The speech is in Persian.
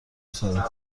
سرته